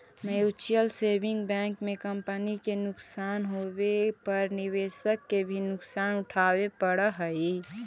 mutual saving bank में company के नुकसान होवे पर निवेशक के भी नुकसान उठावे पड़ऽ हइ